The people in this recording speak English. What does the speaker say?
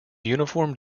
uniform